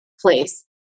place